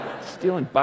Stealing